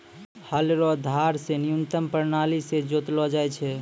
हल रो धार से न्यूतम प्राणाली से जोतलो जाय छै